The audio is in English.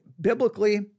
biblically